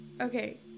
Okay